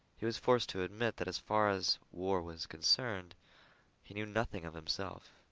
he was forced to admit that as far as war was concerned he knew nothing of himself.